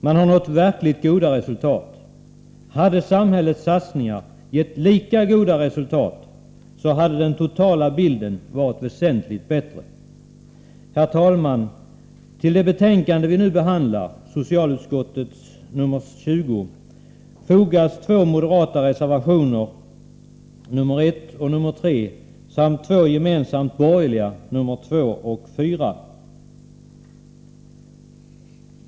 Man har nått verkligt goda resultat. Hade samhällets satsningar gett lika goda resultat, hade den totala bilden varit väsentligt bättre. Herr talman! Till socialutskottets betänkande nr 20, som vi nu behandlar, har fogats två moderata reservationer, nr 1 och 3, samt två gemensamma borgerliga, nr 2 och 4.